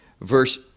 verse